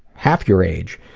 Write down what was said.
half your age,